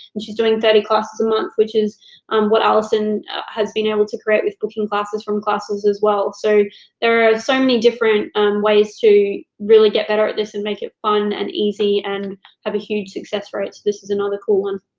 and she's doing thirty classes a month, which is what alison has been able to create with booking classes from classes as well, so there are so many different ways to really get better at this and make it fun and easy and have a huge success rate, so this is another cool one.